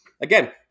again